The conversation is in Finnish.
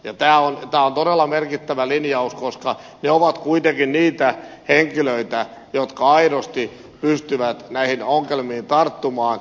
tämä on todella merkittävä linjaus koska ne ovat kuitenkin niitä henkilöitä jotka aidosti pystyvät näihin ongelmiin tarttumaan